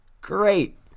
Great